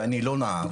ואני לא נער.